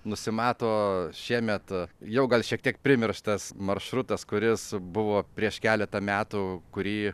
nusimato šiemet jau gal šiek tiek primirštas maršrutas kuris buvo prieš keletą metų kurį